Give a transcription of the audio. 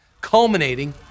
culminating